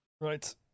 Right